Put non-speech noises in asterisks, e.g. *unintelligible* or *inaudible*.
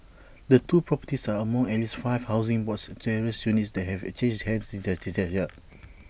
the two properties are among at least five Housing Board terraced units that have changed hands *unintelligible* this year